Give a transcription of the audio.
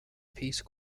peace